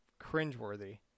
cringeworthy